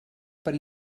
per